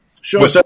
Sure